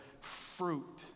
fruit